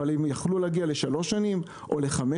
אבל הם יוכלו להגיע לשלוש שנים או חמש